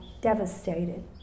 devastated